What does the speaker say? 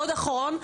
אבל עוד דבר אחרון.